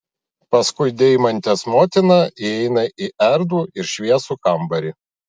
paskui deimantės motiną įeina į erdvų ir šviesų kambarį